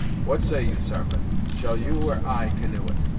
what say you, sarpent, shall you or i canoe it?